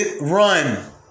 run